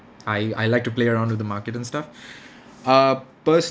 I I like to play around with the market and stuff uh personally